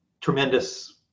tremendous